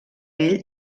ell